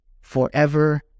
forever